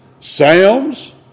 Sam's